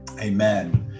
Amen